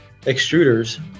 extruders